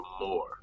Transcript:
more